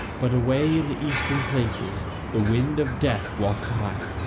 but away in the eastern places the wind of death walked high,